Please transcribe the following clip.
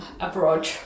abroad